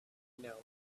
know